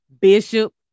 Bishop